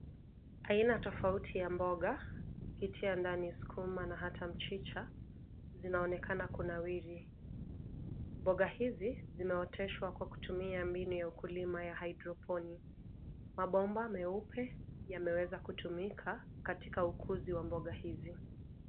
Aina tofauti ya mboga kitia ndani sukuma na hata mchicha zinaonekana kunawiri mboga hizi zinaoteshwa kutumia mbinu ya ukulima ya hydroponics mabomba meupe yameweza kutumika katika ukuzi wa mboga hizi.